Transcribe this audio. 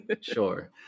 sure